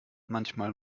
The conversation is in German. manchmal